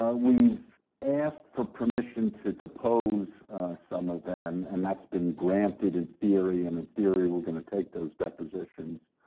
ah we've asked for permission to depose some of them, and that's been granted in theory, and in theory we're going to take those depositions.